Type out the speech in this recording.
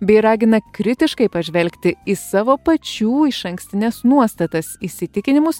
bei ragina kritiškai pažvelgti į savo pačių išankstines nuostatas įsitikinimus